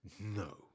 No